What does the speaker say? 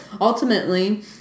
ultimately